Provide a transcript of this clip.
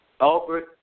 Albert